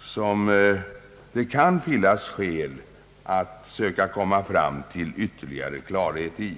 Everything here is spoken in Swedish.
som det kan finnas skäl att söka komma fram till ytterligare klarhet i.